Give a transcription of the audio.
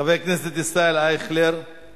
חבר הכנסת ג'מאל זחאלקה,